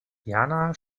jana